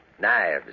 Knives